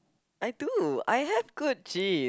I do I have good genes